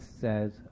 says